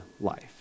life